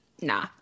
nah